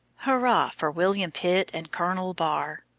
hurrah for william pitt and colonel barre!